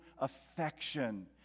affection